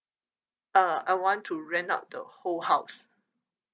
uh I want to rent out the whole house